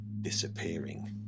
disappearing